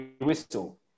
whistle